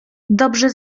dobrze